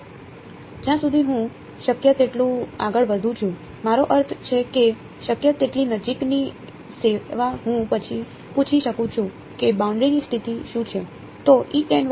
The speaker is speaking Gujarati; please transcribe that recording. જ્યાં સુધી હું શક્ય તેટલું આગળ વધું છું મારો અર્થ છે કે શક્ય તેટલી નજીકની સેવા હું પૂછી શકું છું કે બાઉન્ડરી ની સ્થિતિ શું છે